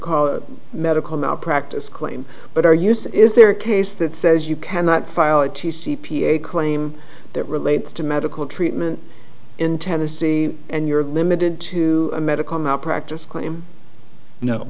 call a medical malpractise claim but are used is there a case that says you cannot file a t c p a claim that relates to medical treatment in tennessee and you're limited to a medical malpractise claim no